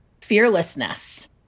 fearlessness